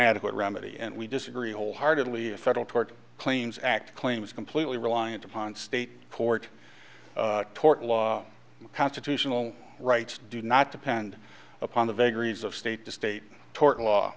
inadequate remedy and we disagree wholeheartedly a federal tort claims act claim is completely reliant upon state court tort law constitutional rights do not depend upon the vagaries of state to state tort law